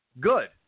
good